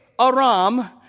Aram